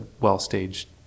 well-staged